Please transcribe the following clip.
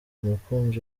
umukunzi